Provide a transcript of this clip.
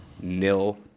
nil